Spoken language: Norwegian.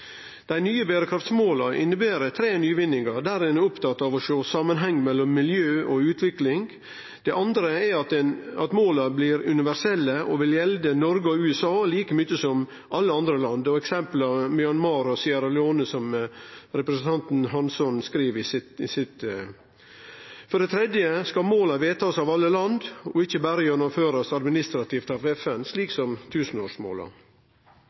Dei nye berekraftmåla inneber tre nyvinningar, der ein for det første er opptatt av å sjå samanhengen mellom miljø og utvikling. Det andre er at måla blir universelle og vil gjelde Noreg og USA like mykje som alle andre land, med eksempel som Myanmar og Sierra Leona, som representanten Hansson skriv i interpellasjonen. For det tredje skal måla fastsetjast av alle land og ikkje berre gjennomførast administrativt av FN, slik som tusenårsmåla.